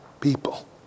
people